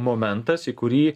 momentas į kurį